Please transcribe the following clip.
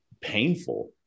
painful